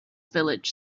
village